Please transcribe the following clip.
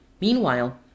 meanwhile